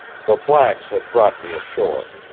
the blacks had brought me ashore.